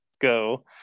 go